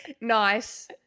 nice